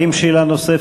האם יש שאלה נוספת?